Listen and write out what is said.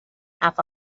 half